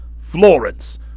Florence